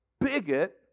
bigot